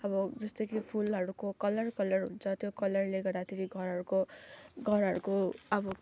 अब जस्तो कि फुलहरूको कलर कलर हुन्छ त्यो कलरले गर्दाखेरि घरहरको घरहरूको अब